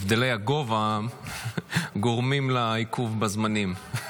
הבדלי הגובה גורמים לעיכוב בזמנים.